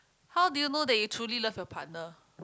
how did you know that you truly love your partner